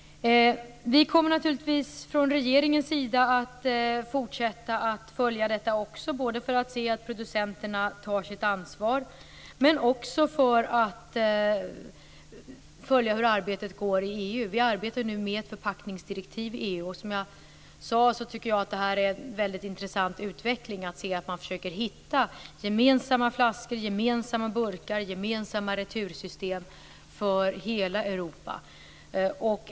Vi kommer naturligtvis från regeringens sida att fortsätta att följa detta, både för att se att producenterna tar sitt ansvar och för att följa hur arbetet går i EU. Vi arbetar ju nu med ett förpackningsdirektiv i EU. Som jag sade tycker jag att det är en mycket intressant utveckling att man försöker hitta gemensamma flaskor, gemensamma burkar och gemensamma retursystem för hela Europa.